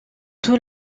tout